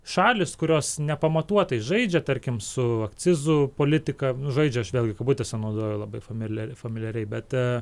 šalys kurios nepamatuotai žaidžia tarkim su akcizų politika nu žaidžia aš vėlgi kabutėse naudoju labai familia familiariai bet